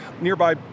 nearby